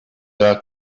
out